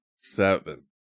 Seven